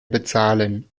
bezahlen